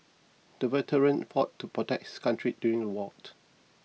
the veteran fought to protect his country during the war